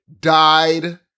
died